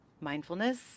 mindfulness